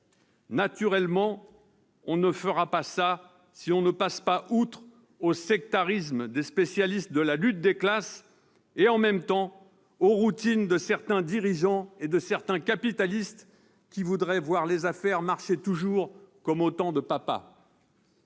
Naturellement, on ne fera pas ça si on ne passe pas outre au sectarisme des spécialistes de la lutte des classes et, en même temps, aux routines de certains dirigeants et de certains capitalistes qui voudraient voir les affaires marcher toujours comme au temps de papa.